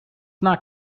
not